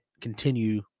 continue